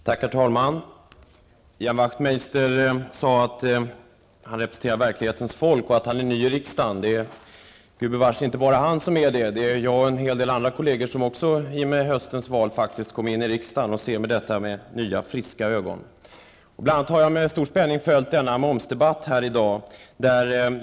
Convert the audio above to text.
Herr talman! Ian Wachtmeister sade att han representerar verklighetens folk och att han är ny i riksdagen. Det är gubevars inte bara han som är ny som ledamot -- också jag och en hel del andra kolleger har i och med höstens val kommit in i riksdagen och ser på den med friska ögon. Jag har bl.a. med stor spänning följd momsdebatten här i dag.